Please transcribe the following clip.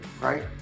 right